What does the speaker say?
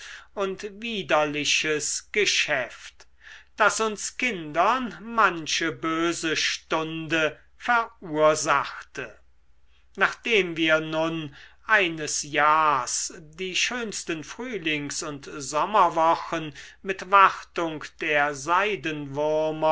und widerliches geschäft das uns kindern manche böse stunde verursachte nachdem wir nun eines jahrs die schönsten frühlings und sommerwochen mit wartung der